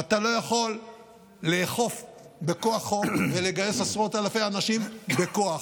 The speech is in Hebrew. אתה לא יכול לאכוף בכוח חוק ולגייס עשרות אלפי אנשים בכוח.